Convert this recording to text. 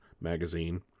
magazine